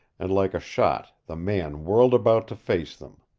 and like a shot the man whirled about to face them.